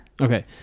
Okay